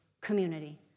community